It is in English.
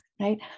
right